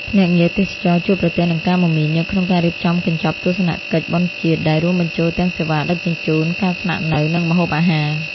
ភ្នាក់ងារទេសចរណ៍ជួបប្រទះនឹងការមមាញឹកក្នុងការរៀបចំកញ្ចប់ទស្សនកិច្ច "បុណ្យជាតិ" ដែលរួមបញ្ចូលទាំងសេវាដឹកជញ្ជូន ការស្នាក់នៅ និងម្ហូបអាហារ។